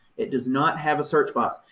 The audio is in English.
it does not have a search box.